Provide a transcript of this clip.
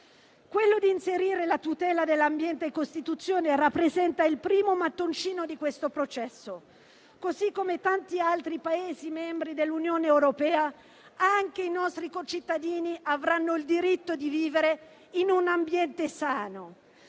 ecologica. Inserire la tutela dell'ambiente in Costituzione rappresenta il primo mattoncino di questo processo. Come tanti altri Paesi membri dell'Unione europea, anche i nostri concittadini avranno il diritto di vivere in un ambiente sano.